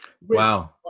wow